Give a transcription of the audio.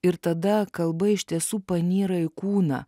ir tada kalba iš tiesų panyra į kūną